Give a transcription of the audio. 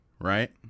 Right